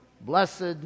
blessed